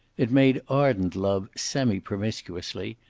it made ardent love semi-promiscuously,